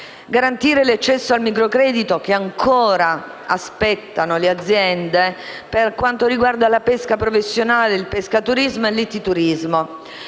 garantire l'accesso al microcredito, che ancora aspettano le aziende dei settori della pesca professionale, del pescaturismo e dell'ittiturismo,